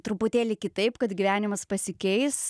truputėlį kitaip kad gyvenimas pasikeis